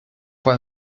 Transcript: weil